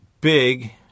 big